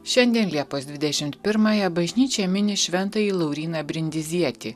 šiandien liepos dvidešimt pirmąją bažnyčia mini šventąjį lauryną brindizietį